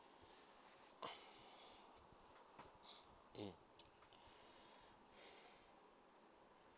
mm